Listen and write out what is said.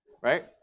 Right